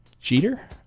Jeter